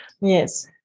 Yes